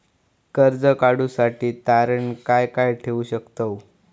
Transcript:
कर्ज काढूसाठी तारण काय काय ठेवू शकतव?